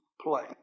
play